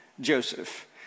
Joseph